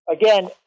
Again